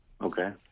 Okay